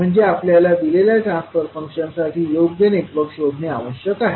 म्हणजे आपल्याला दिलेल्या ट्रान्सफर फंक्शनसाठी योग्य नेटवर्क शोधणे आवश्यक आहे